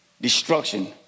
destruction